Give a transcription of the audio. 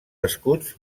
escuts